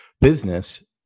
business